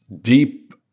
deep